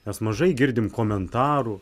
mes mažai girdim komentarų